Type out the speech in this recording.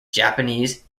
japanese